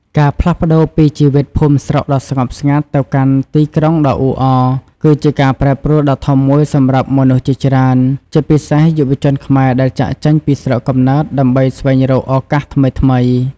ការផ្លាស់ប្តូរពីជីវិតភូមិស្រុកដ៏ស្ងប់ស្ងាត់ ទៅកាន់ទីក្រុងដ៏អ៊ូអរ គឺជាការប្រែប្រួលដ៏ធំមួយសម្រាប់មនុស្សជាច្រើន ជាពិសេសយុវជនខ្មែរដែលចាកចេញពីស្រុកកំណើតដើម្បីស្វែងរកឱកាសថ្មីៗ។